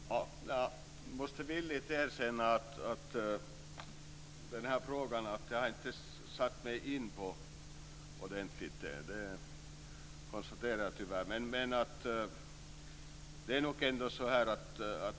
Herr talman! Jag måste villigt erkänna att jag tyvärr inte har satt mig in ordentligt i den frågan.